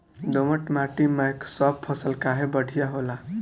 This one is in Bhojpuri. दोमट माटी मै सब फसल काहे बढ़िया होला?